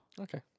Okay